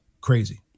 crazy